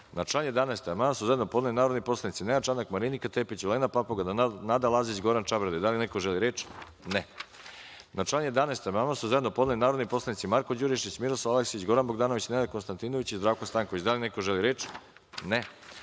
član 36. amandman su zajedno podneli narodni poslanici Nenad Čanak, Marinika Tepić, Olena Papuga, Nada Lazić i Goran Čabradi. Da li neko želi reč? (Ne)Na član 36. amandman su zajedno podneli narodni poslanici Marko Đurišić, Miroslav Aleksić, Goran Bogdanović, Nenad Konstantinović i Zdravko Stanković. Da li neko želi reč?